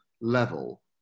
level